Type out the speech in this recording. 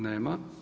Nema.